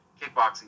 kickboxing